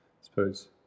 suppose